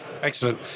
Excellent